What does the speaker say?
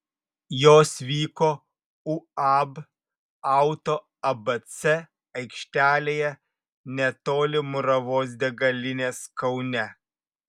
jos vyko uab auto abc aikštelėje netoli muravos degalinės kaune